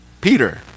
Peter